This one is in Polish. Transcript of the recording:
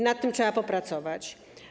Nad tym trzeba popracować.